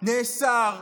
נאסר,